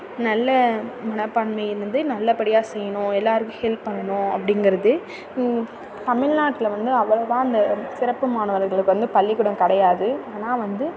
நல்ல மனப்பான்மை இருந்து நல்லபடியாக செய்யணும் எல்லோருக்கும் ஹெல்ப் பண்ணணும் அப்டிங்கிறது தமிழ்நாட்ல வந்து அவ்வளவா இந்த சிறப்பு மாணவர்களுக்கு வந்து பள்ளிக்கூடம் கிடையாது ஆனால் வந்து